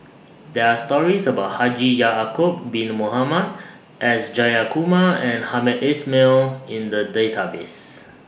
There Are stories about Haji Ya'Acob Bin Mohamed S Jayakumar and Hamed Ismail in The Database